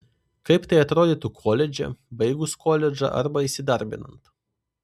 kaip tai atrodytų koledže baigus koledžą arba įsidarbinant